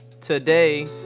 today